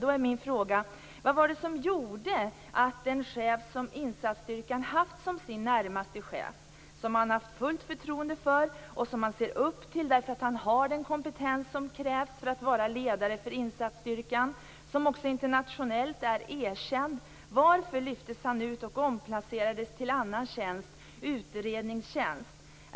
Då är min fråga: Vad var det som gjorde att den person som insatsstyrkan haft som sin närmaste chef, som man haft fullt förtroende för, som man ser upp till för att han har den kompetens som krävs för att vara ledare för insatsstyrkan och som också internationellt är erkänd, lyftes ut och omplacerades till annan tjänst, till utredningstjänst?